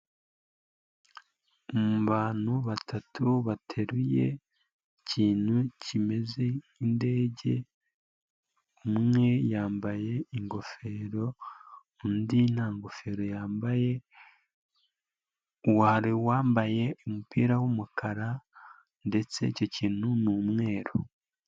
Mubantu batatu bateruye ikintu kimeze nk'indege, umwe yambaye ingofero undi nta ngofero yambaye, hari wambaye umupira w'umukara ndetse icyo kintu ni umweru.